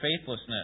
faithlessness